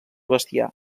bestiar